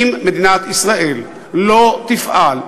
אם מדינת ישראל לא תפעל,